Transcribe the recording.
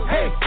Hey